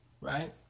right